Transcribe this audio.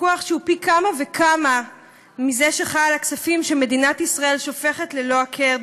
פיקוח שהוא פי כמה וכמה מזה שחל על הכספים שמדינת ישראל שופכת ללא היכר,